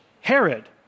Herod